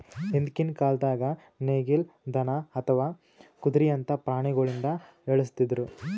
ಹಿಂದ್ಕಿನ್ ಕಾಲ್ದಾಗ ನೇಗಿಲ್, ದನಾ ಅಥವಾ ಕುದ್ರಿಯಂತಾ ಪ್ರಾಣಿಗೊಳಿಂದ ಎಳಸ್ತಿದ್ರು